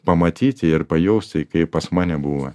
pamatyti ir pajausti kaip pas mane buvo